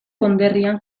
konderrian